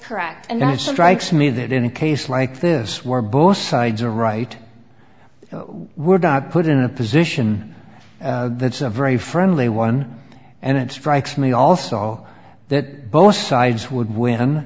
correct and that's strikes me that in a case like this where both sides are right we're not put in a position that's a very friendly one and it strikes me also that both sides would win